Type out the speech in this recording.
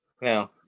No